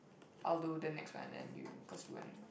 I'll do the next one then you cause you one